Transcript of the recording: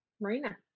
marina